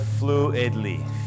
fluidly